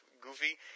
goofy